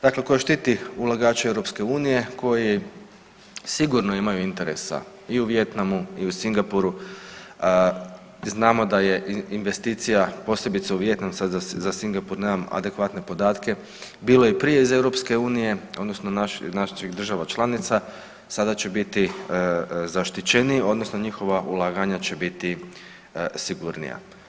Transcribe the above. Dakle, koja štiti ulagače EU koji sigurno imaju interesa i u Vijetnamu i u Singapuru, znamo da je investicija, posebice u Vijetnam, sad za Singapur nemam adekvatne podatke, bilo i prije iz EU, odnosno naših država članica, sada će biti zaštićeniji, odnosno njihova ulaganja će biti sigurnija.